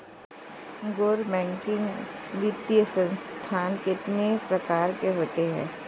गैर बैंकिंग वित्तीय संस्थान कितने प्रकार के होते हैं?